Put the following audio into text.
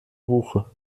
buche